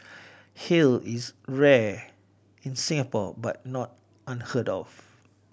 hail is rare in Singapore but not unheard of